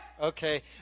Okay